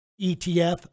ETF